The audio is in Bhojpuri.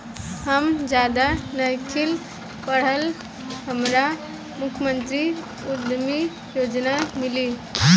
हम ज्यादा नइखिल पढ़ल हमरा मुख्यमंत्री उद्यमी योजना मिली?